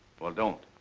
well, don't.